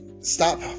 stop